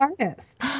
artist